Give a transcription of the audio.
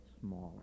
smaller